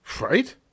Right